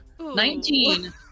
Nineteen